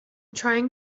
trying